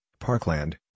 Parkland